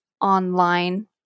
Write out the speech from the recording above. online